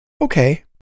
Okay